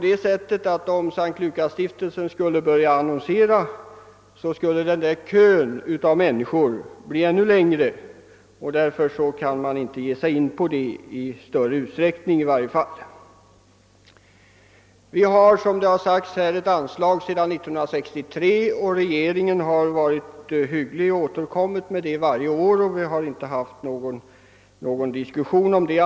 Om S:t Lukasstiftelsen skulle börja annonsera skulle kön av väntande människor bli ännu längre, och därför kan man inte göra det i större utsträckning. Som framhållits tidigare i debatten fick stiftelsen 1963 anslag för sin verksamhet. Regeringen har sedan 'beviljat detta anslag varje år, och vi har inte haft. någon» diskussion om det.